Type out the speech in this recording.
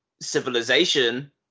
civilization